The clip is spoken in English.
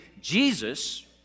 Jesus